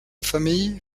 famille